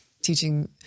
teaching